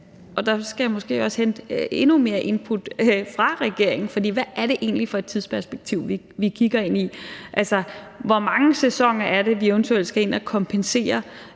og der skal jeg måske også hente endnu mere input fra regeringen – for hvad er det egentlig for et tidsperspektiv, vi kigger ind i? Altså, i hvor mange sæsoner er det, vi eventuelt skal ind at kompensere